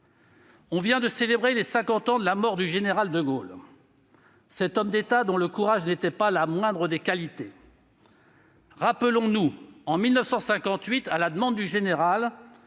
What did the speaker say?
On vient de célébrer les cinquante ans de la mort du général de Gaulle, cet homme d'État dont le courage n'était pas la moindre des qualités. Rappelons-nous que, en 1958, à la demande du général,